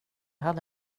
hade